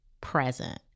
present